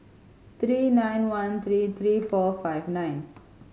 three nine one three three four five nine